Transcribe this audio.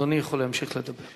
אדוני יכול להמשיך לדבר.